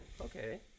okay